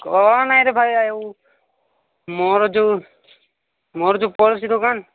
କହ ନାଇଁରେ ଭାଇ ଆଉ ମୋର ଯୋଉ ମୋର ଯୋଉ ପଡ଼ୋଶୀ ଦୋକାନ